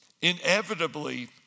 Inevitably